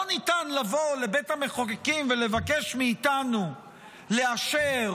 לא ניתן לבוא לבית המחוקקים ולבקש מאיתנו לאשר